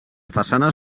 façanes